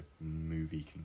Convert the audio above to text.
movie